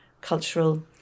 cultural